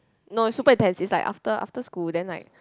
no it's super intense it's like after after school then like